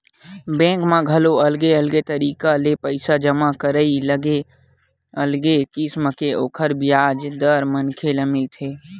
bank म घलो अलगे अलगे तरिका ले पइसा जमा करई म अलगे अलगे किसम ले ओखर बियाज दर मनखे ल मिलथे